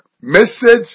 Message